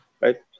right